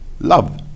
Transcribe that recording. love